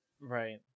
Right